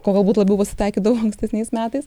ko galbūt labiau pasitaikydavo ankstesniais metais